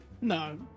No